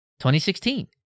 2016